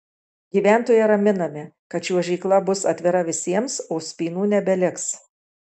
gyventojai raminami kad čiuožykla bus atvira visiems o spynų nebeliks